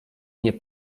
nie